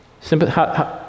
sympathy